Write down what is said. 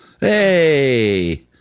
Hey